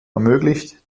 ermöglicht